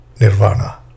nirvana